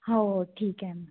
हो हो ठीक आहे